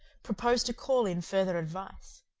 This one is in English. proposed to call in further advice.